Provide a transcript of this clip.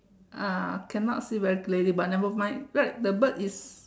ah cannot see very clearly but never mind right the bird is